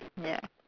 ya